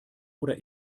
oder